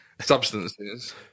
substances